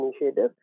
initiative